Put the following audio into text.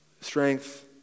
strength